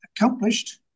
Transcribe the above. accomplished